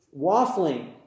waffling